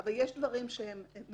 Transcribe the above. אבל יש דברים שניתן